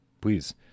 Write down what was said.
please